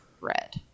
red